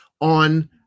on